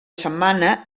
setmana